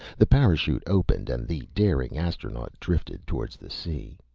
the parachute opened and the daring astronaut drifted towards the sea.